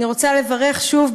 אני רוצה לברך שוב,